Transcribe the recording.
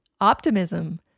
optimism